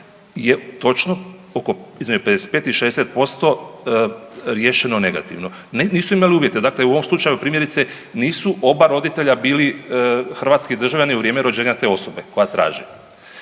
je točno između 55 i 60% riješeno negativno, nisu imali uvjete. U ovom slučaju primjerice nisu oba roditelja bili hrvatski državljani u vrijeme rođenja te osobe koja traži.